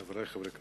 חברי חברי הכנסת,